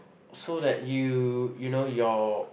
so that you you know your